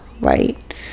right